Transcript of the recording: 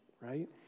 right